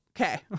Okay